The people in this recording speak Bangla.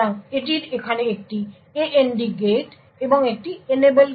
সুতরাং এটির এখানে একটি AND গেট এবং একটি Enable আছে